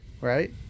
right